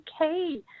okay